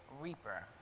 reaper